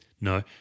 No